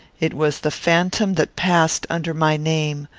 it was the phantom that passed under my name,